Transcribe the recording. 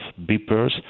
beepers